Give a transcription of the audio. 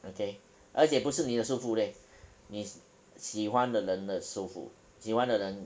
okay 而且不是你的舒服 leh 你喜欢的人的舒服喜欢的人